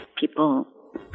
people